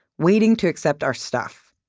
waiting to accept our stuff.